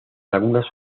algunas